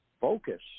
focus